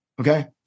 Okay